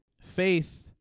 faith